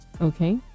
Okay